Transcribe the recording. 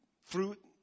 fruit